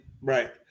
Right